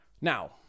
Now